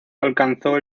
alcanzó